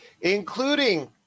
including